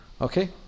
Okay